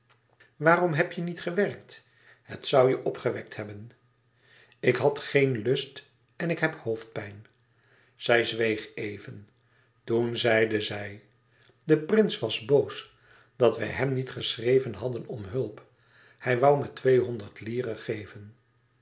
waarom heb je niet gewerkt het zoû je opgewekt hebben ik had geen lust en ik heb hoofdpijn zij zweeg even toen zeide zij de prins was boos dat wij hem niet geschreven hadden om hulp hij woû me tweehonderd lire geven